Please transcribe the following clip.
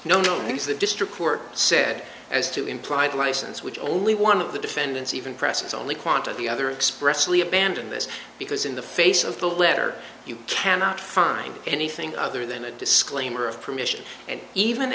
the district court said as to implied license which only one of the defendants even presses only quanta the other expressly abandon this because in the face of the letter you cannot find anything other than a disclaimer of permission and even